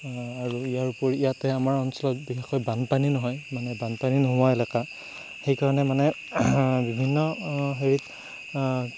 আৰু ইয়াৰোপৰি ইয়াতে আমাৰ অঞ্চলত বিশেষকৈ বানপানী নহয় মানে বানপানী নোহোৱা এলেকা সেইকাৰণে মানে বিভিন্ন হেৰিত